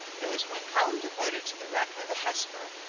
there was one column devoted to the wreck of the hesper,